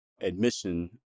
admission